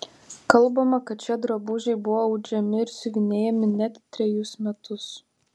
kalbama kad šie drabužiai buvo audžiami ir siuvinėjami net trejus metus